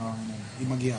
היא מגיעה.